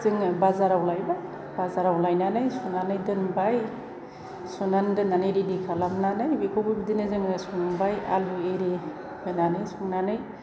जोङो बाजाराव लायबाय बाजाराव लायनानै सुनानै दोनबाय सुनानै दोननानै रेडि खालामनानै बेखौबो बिदिनो जोंङो संबाय आलु एरि होनानै संनानै